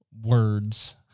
words